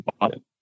bottom